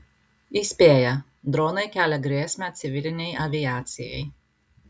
įspėja dronai kelia grėsmę civilinei aviacijai